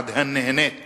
היעד הנהנית